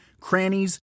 crannies